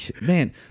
man